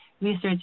research